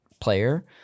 player